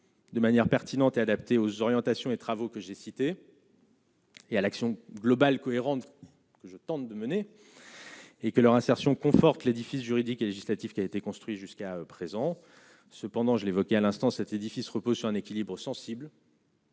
De manière pertinente et adaptée aux orientations et travaux que j'ai cités. Et à l'action globale cohérente que je tente de mener. Et que leur insertion conforte l'édifice juridique et législatif qui a été construit jusqu'à présent cependant je l'évoquais à l'instant, cet édifice repose sur un équilibre sensible.